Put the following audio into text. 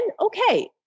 okay